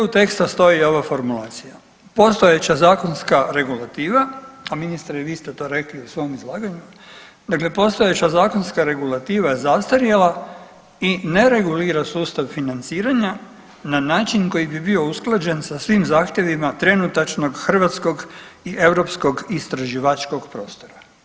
U uvodnom teksta stoji i ova formulacija: „Postojeća zakonska regulativa“ a ministre vi ste to rekli u svom izlaganju, dakle postojeća zakonska regulativa je zastarjela i ne regulira sustav financiranja na način koji bi bio usklađen sa svim zahtjevima trenutačnog hrvatskog i europskog istraživačkog prostora.